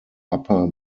upper